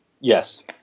Yes